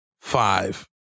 five